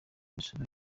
imisoro